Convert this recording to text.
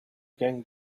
going